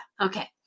okay